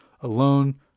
alone